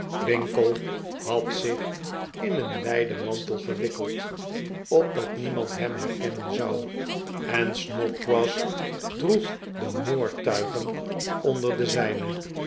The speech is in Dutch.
winkle had m zich in een wijden mantel gewikkeld opdat niemand hem herkennen zou en snodi grass droeg de moordtuigen onder de zijne